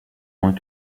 moins